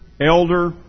elder